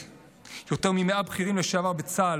"יותר מ-100 בכירים לשעבר בצה"ל,